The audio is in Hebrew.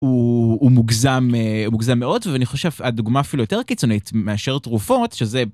הוא מוגזם, מוגזם מאוד ואני חושב הדוגמה אפילו יותר קיצונית מאשר תרופות שזה.